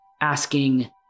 asking